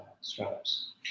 startups